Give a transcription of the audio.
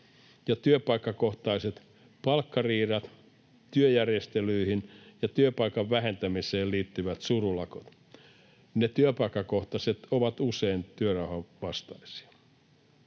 työpaikkakohtaiset palkkariidat, työjärjestelyihin ja työpaikkojen vähentämiseen liittyvät surulakot — ne työpaikkakohtaiset ovat usein työrauhan vastaisia.